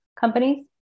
companies